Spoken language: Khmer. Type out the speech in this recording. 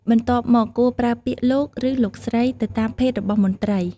បន្ទាប់មក គួរប្រើពាក្យ " លោក" ឬ " លោកស្រី" ទៅតាមភេទរបស់មន្ត្រី។